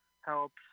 helps